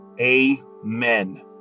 Amen